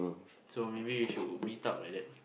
so maybe we should meet up like that